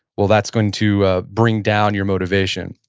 well, that's going to ah bring down your motivation.